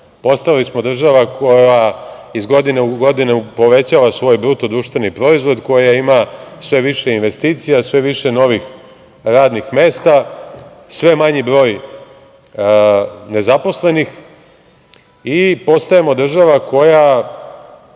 postali smo država koja iz godine u godinu povećava svoj BDP, koja ima sve više investicija, sve više novih radnih mesta, sve manji broj nezaposlenih i postajemo država koja